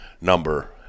number